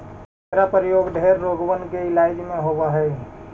एकर प्रयोग ढेर रोगबन के इलाज में होब हई